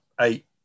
eight